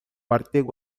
artigo